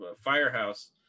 firehouse